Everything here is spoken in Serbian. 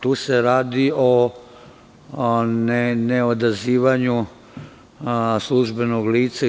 Tu se radi o neodazivanju službenog lica itd.